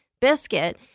biscuit